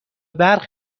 برق